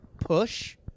push